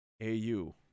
A-U